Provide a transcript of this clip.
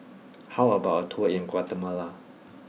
how about a tour in Guatemala